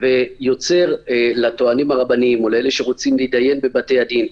וגורם נזק לטוענים הרבנים ולאלה שרוצים להתדיין בבתי-הדין.